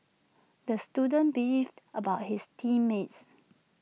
the student beefed about his team mates